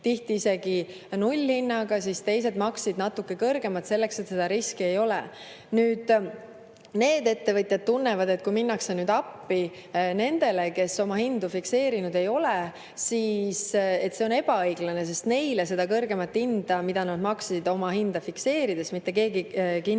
tihti isegi nullhinnaga, siis teised maksid natuke kõrgemat hinda, selleks et seda riski ei oleks. Nüüd need ettevõtjad tunnevad, et kui minnakse appi nendele, kes oma hindu fikseerinud ei ole, siis see on ebaõiglane. Neile seda kõrgemat hinda, mida nad maksid oma hindu fikseerides, mitte keegi kinni